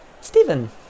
Stephen